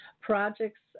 projects